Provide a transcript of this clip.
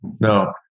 No